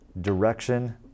direction